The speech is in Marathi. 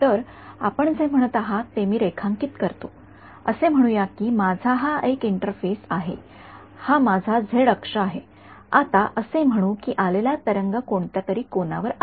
तर आपण जे म्हणत आहात ते मी रेखांकित करतो असे म्हणू या की माझा असा एक इंटरफेस आहे हा माझा झेड अक्ष आहे आता असे म्हणू की आलेला तरंग कोणत्या तरी कोनावर आला